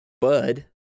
Bud